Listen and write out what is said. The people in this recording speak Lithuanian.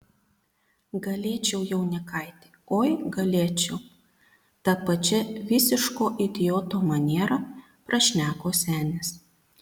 galėčiau jaunikaiti oi galėčiau ta pačia visiško idioto maniera prašneko senis